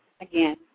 again